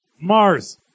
Mars